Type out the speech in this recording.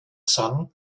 sun